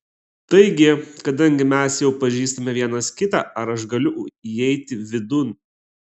taigi kadangi mes jau pažįstame vienas kitą ar aš galiu įeiti vidun